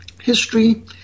history